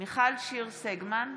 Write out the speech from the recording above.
מיכל שיר סגמן,